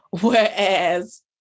Whereas